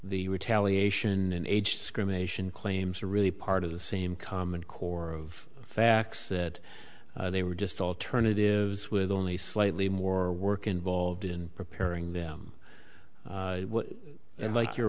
the retaliation and age discrimination claims are really part of the same common core of facts that they were just alternatives with only slightly more work involved in preparing them and like your